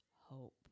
hope